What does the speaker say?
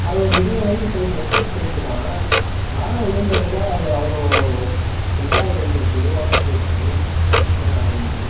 அது ஒரு இருபது அடி பைப் எஸ்எஸ் பைப் தான் மரம் விழுந்ததில அது அவ்வளோ இதாக இருந்திருக்கு உடஞ்சு போச்சி ஆ ஆமாம் சார்